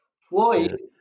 Floyd